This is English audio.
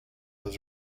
his